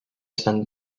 estan